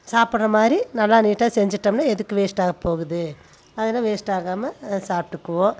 சாப்புடுற மாதிரி நல்லா நீட்டாக செஞ்சிட்டோம்னே எதுக்கு வேஸ்ட்டாக போகுது அதெலாம் வேஸ்ட்டாகாமல் சாப்பிட்டுக்குவோம்